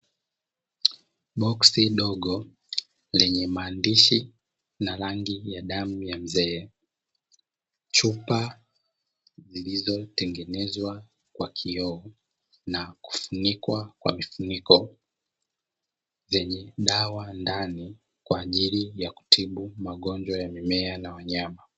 Boksi dogo lenye maandishi na rangi ya damu ya mzee. Chupa zilizotengenezwa kwa vioo na kufunikwa kwa mifuniko, zenye dawa ndani kwa ajili ya kutibu magonjwa ya mimea na wanyama.